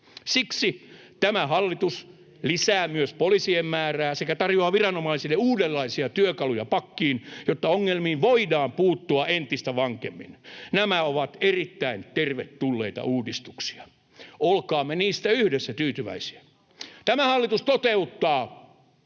Siksi tämä hallitus lisää myös poliisien määrää sekä tarjoaa viranomaisille uudenlaisia työkaluja pakkiin, jotta ongelmiin voidaan puuttua entistä vankemmin. Nämä ovat erittäin tervetulleita uudistuksia. Olkaamme niistä yhdessä tyytyväisiä. Tämä hallitus toteuttaa.